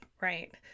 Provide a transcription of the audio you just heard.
right